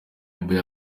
label